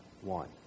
one